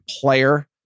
player